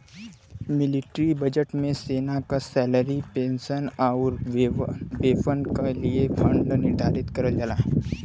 military budget में सेना क सैलरी पेंशन आउर वेपन क लिए फण्ड निर्धारित करल जाला